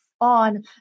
On